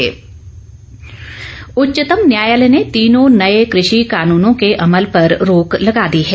उच्चतम न्यायालय उच्चतम न्यायालय ने तीनों नए कृषि कानूनों के अमल पर रोक लगा दी है